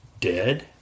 dead